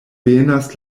benas